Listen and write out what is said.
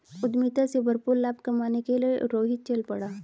उद्यमिता से भरपूर लाभ कमाने के लिए रोहित चल पड़ा